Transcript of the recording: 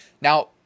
now